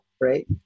right